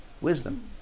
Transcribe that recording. wisdom